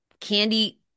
Candy